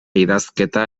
idazketa